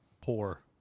Poor